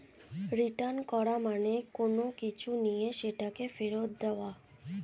return করা মানে কোনো কিছু নিয়ে সেটাকে ফেরত দিয়ে দেওয়া